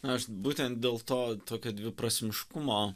aš būtent dėl to tokio dviprasmiškumo